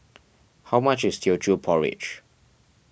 how much is Teochew Porridge